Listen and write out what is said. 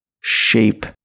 shape